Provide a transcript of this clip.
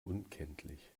unkenntlich